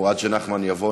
עד שנחמן יבוא,